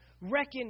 reckon